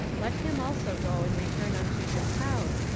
let him also go and return unto his house,